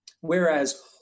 Whereas